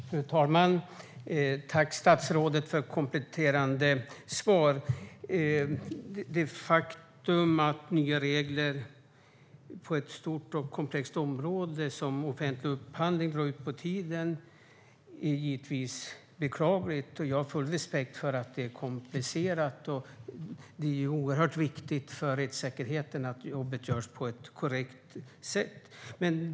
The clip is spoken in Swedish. Fru talman! Jag tackar statsrådet för de kompletterande svaren. Det faktum att nya regler på ett så stort och komplext område som offentlig upphandling drar ut på tiden är givetvis beklagligt. Jag har full respekt för att det är komplicerat och att det är oerhört viktigt för rättssäkerheten att jobbet görs på ett korrekt sätt.